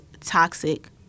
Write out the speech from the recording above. toxic